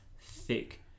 thick